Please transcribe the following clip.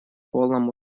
полному